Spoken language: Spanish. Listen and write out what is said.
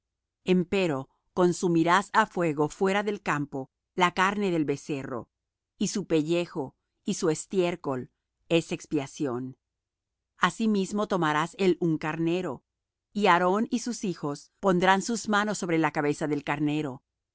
altar empero consumirás á fuego fuera del campo la carne del becerro y su pellejo y su estiércol es expiación asimismo tomarás el un carnero y aarón y sus hijos pondrán sus manos sobre la cabeza del carnero